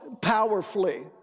powerfully